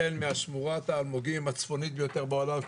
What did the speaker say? החל משמורת האלמוגים הצפונית ביותר בעולם,